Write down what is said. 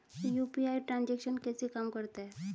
UPI transaction कैसे काम करता है?